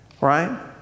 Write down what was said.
Right